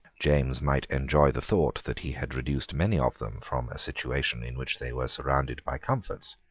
james might enjoy the thought that he had reduced many of them from a situation in which they were surrounded by comforts,